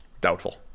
doubtful